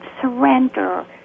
surrender